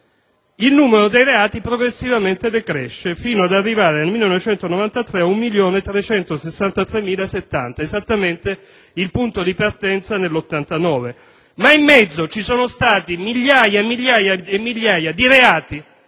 il numero dei reati progressivamente decresce, fino ad arrivare, nel 1993, a 1.363.070, esattamente il punto di partenza del 1989. Ma in mezzo ci sono stati migliaia, migliaia e migliaia di reati